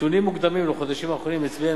נתונים מוקדמים לחודשים האחרונים מצביעים